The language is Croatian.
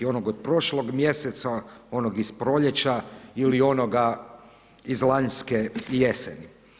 Onog od prošlog mjeseca, onog iz proljeća ili onog iz lanjske jeseni.